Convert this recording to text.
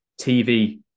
TV